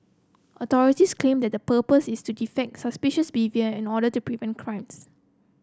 authorities claim that the purpose is to detect suspicious behaviour in order to prevent crimes